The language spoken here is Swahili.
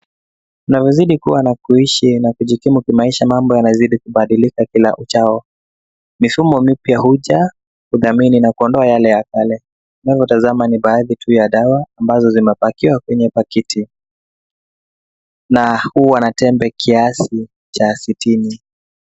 Tunavozidi kuwa na kuishi na kujikimu kimaisha mambo yanazidi kubadilika kila uchao. Mifumo mipya huja kudhamini na kuondoa yale ya kale. Tunayotazama ni baadhi tu ya dawa ambazo zimepakiwa kwenye paketi, na huwa na tembe kiasi cha sitini.